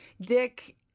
Dick